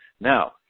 Now